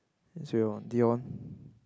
and Dion